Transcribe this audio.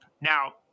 now